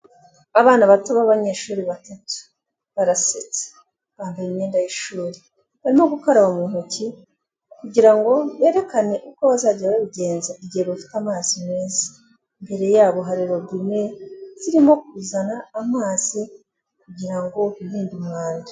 Abana bato b'abanyeshuri batatu barasetse bambaye imyenda y'ishuri barimo gukaraba mu ntoki kugira ngo berekane uko bazajya babigenza igihe bafite amazi meza, imbere yabo hari robine zirimo kuzana amazi kugira ngo birinde umwanda.